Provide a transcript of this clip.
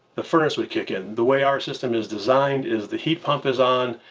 the furnace would kick in. the way our system is designed is the heat pump is on,